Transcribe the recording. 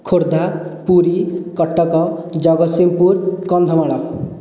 Khordha Puri Cuttack Jagatsinghpur Kandhamal